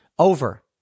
Over